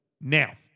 Now